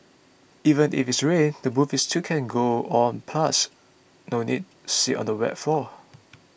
even if it rains the movie still can go on plus no need sit on the wet floor